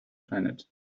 planet